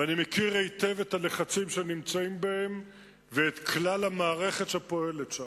ואני מכיר היטב את הלחצים שהם נמצאים בהם ואת כלל המערכת שפועלת שם.